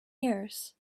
years